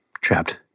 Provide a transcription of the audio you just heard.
Trapped